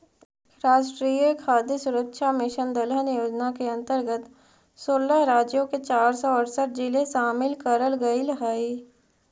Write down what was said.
राष्ट्रीय खाद्य सुरक्षा मिशन दलहन योजना के अंतर्गत सोलह राज्यों के चार सौ अरसठ जिले शामिल करल गईल हई